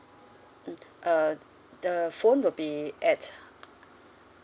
mm uh the phone will be at